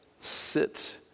sit